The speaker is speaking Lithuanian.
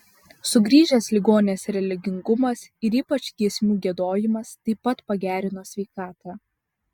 sugrįžęs ligonės religingumas ir ypač giesmių giedojimas taip pat pagerino sveikatą